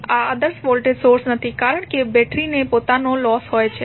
તે આદર્શ voltage source નથી કારણ કે બેટરીને પોતાનો લોસ હોય છે